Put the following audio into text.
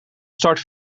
start